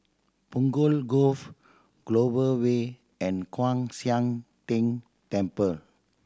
Punggol Cove Clover Way and Kwan Siang Tng Temple